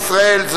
נמנעים.